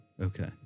Okay